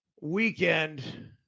weekend